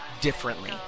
differently